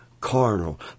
carnal